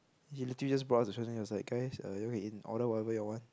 he literally just brought us to Swensens he was like guys err y'all can eat order whatever y'all want